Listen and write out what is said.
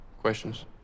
Questions